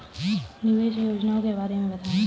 निवेश योजनाओं के बारे में बताएँ?